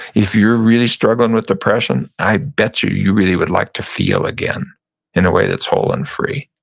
if you're really struggling with depression, i bet you you really would like to feel again in a way that's whole and free.